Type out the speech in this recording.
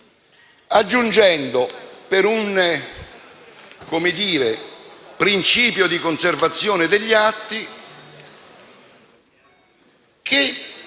aggiungendo, per un principio di conservazione degli atti, che,